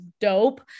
dope